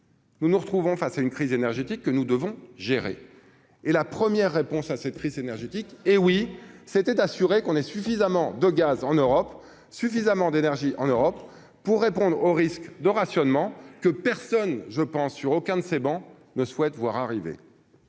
Nous nous retrouvons face à une crise énergétique que nous devons gérer et la première réponse à cette crise énergétique hé oui c'était assurer qu'on ait suffisamment de gaz en Europe suffisamment d'énergie en Europe pour répondre au risque de rationnement, que personne, je pense, sur aucun de ces bancs ne souhaite voir arriver.